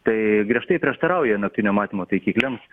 tai griežtai prieštarauja naktinio matymo taikikliams